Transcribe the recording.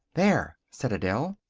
there! said adele.